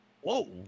Whoa